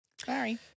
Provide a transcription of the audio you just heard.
Sorry